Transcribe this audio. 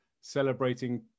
celebrating